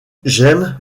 j’aime